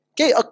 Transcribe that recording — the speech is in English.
okay